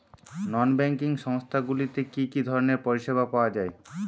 নন banking সংস্থা গুলিতে কি কি ধরনের পরিসেবা পাওয়া য়ায়?